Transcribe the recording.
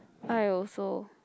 I also